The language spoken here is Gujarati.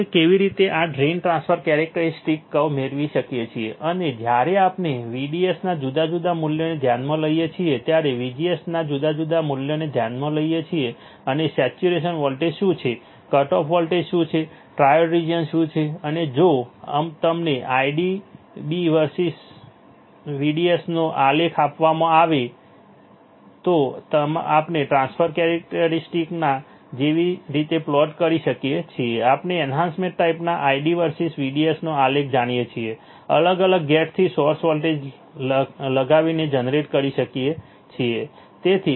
આપણે કેવી રીતે આ ડ્રેઇન ટ્રાન્સફર કેરેક્ટરીસ્ટિક્સ કર્વ મેળવી શકીએ છીએ અને જ્યારે આપણે VDS ના જુદા જુદા મૂલ્યને ધ્યાનમાં લઈએ છીએ જ્યારે VGS ના જુદા જુદા મૂલ્યને ધ્યાનમાં લઈએ છીએ અને સેચ્યુરેશન વોલ્ટેજ શું છે કટ ઓફ વોલ્ટેજ શું છે ટ્રાયોડ રીજીયન શું છે અને જો તમને ID bવર્સીસ VDS નો આલેખ આપવામાં આવે તો આપણે ટ્રાન્સફર કેરેક્ટરીસ્ટિક્સન કેવી રીતે પ્લોટ કરી શકીએ છીએ તો આપણે એન્હાન્સમેન્ટ ટાઈપમાં ID વર્સીસ VDS નો આલેખ જાણીએ છીએ અલગ અલગ ગેટ થી સોર્સ વોલ્ટેજ લગાવીને જનરેટ કરી શકાય છે